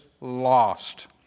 lost